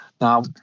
Now